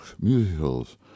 musicals